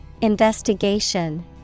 Investigation